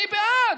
אני בעד.